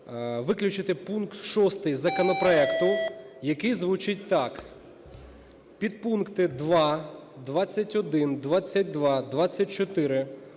виключити пункт 6 із законопроекту, який звучить так: